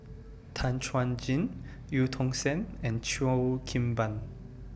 Tan Chuan Jin EU Tong Sen and Cheo Kim Ban